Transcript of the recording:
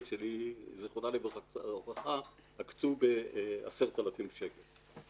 שלי זיכרונה לברכה עקצו ב-10,000 שקלים.